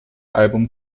album